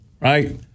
right